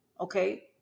okay